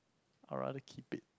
I rather keep it